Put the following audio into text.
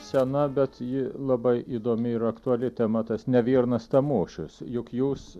sena bet ji labai įdomi ir aktuali tema tas neviernas tamošius juk jūs